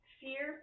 fear